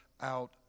out